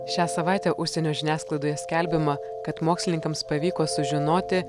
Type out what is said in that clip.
šią savaitę užsienio žiniasklaidoje skelbiama kad mokslininkams pavyko sužinoti